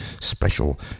special